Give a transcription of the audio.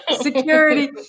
security